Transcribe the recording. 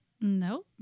No